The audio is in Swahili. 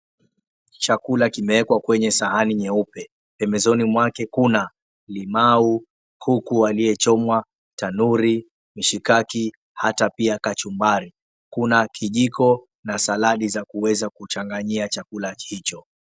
Chakula kimewekwa kwenye sahani nyeupe. Pembezoni mwake kuna limau, kuku aliyechomwa, tanuri, mishikaki hata pia kachumbari, kuna kijiko na saldi za kuweza kuchanganyia chakula hicho.